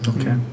Okay